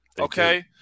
okay